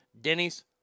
Denny's